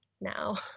now